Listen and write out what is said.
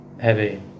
Heavy